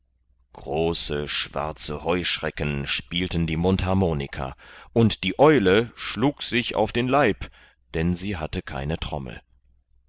große schwarze heuschrecken spielten die mundharmonika und die eule schlug sich auf den leib denn sie hatte keine trommel